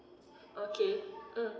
okay mm